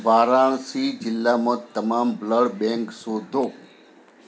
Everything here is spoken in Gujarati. વારાણસી જિલ્લામાં તમામ બ્લડ બેંક શોધો